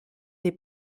des